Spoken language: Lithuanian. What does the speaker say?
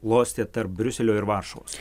klostė tarp briuselio ir varšuvos